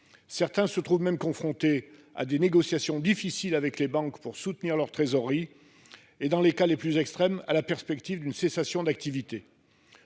Certains se trouvent même confronté à des négociations difficiles avec les banques pour soutenir leur trésorerie et dans les cas les plus extrêmes à la perspective d'une cessation d'activité.